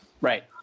Right